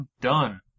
Done